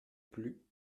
plus